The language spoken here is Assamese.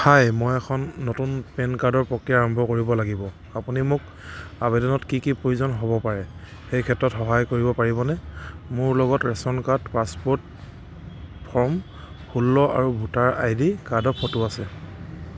হাই মই এখন নতুন পেন কাৰ্ডৰ প্ৰক্ৰিয়া আৰম্ভ কৰিব লাগিব আপুনি মোক আবেদনত কি কি প্ৰয়োজন হ'ব পাৰে সেই ক্ষেত্ৰত সহায় কৰিব পাৰিবনে মোৰ লগত ৰেচন কাৰ্ড পাছপোৰ্ট ফৰ্ম ষোল্ল আৰু ভোটাৰ আই ডি কাৰ্ডৰ ফটো আছে